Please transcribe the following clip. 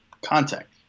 contact